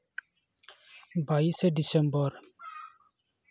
ᱵᱟᱭᱤᱥᱟ December